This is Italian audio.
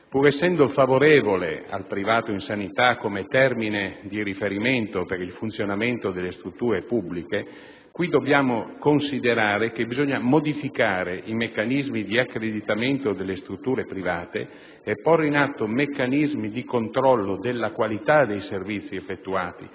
Pur essendo favorevole al privato in sanità come termine di riferimento per il funzionamento delle strutture pubbliche, ritengo che dobbiamo considerare l'esigenza di modificare i sistemi di accreditamento delle strutture private e porre in atto meccanismi di controllo della qualità dei servizi effettuati.